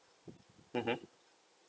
mmhmm